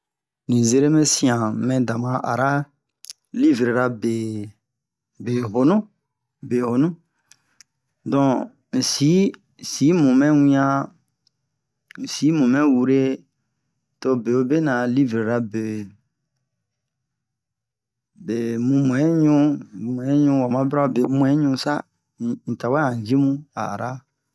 li zeremi sian han mɛ da ma ara livre be be honu be honu dɔn si si mumɛ wian si mumɛ wure to be'o be nɛ a livru la be be muɛiɲu muɛiɲu wamabra be muɛiɲu sa un tawa ji bun a ara